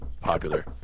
Popular